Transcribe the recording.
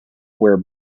where